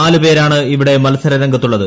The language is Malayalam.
നാല് പേരാണ് ഇവിടെ മത്സരരംഗത്തുള്ളത്